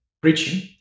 preaching